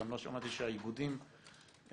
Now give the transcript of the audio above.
גם לא שמעתי שהאיגודים עודכנו.